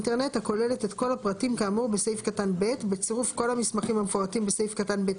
-International Accreditation Forum ׁׁׁׂ(בסעיף קטן הזה